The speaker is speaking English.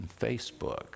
Facebook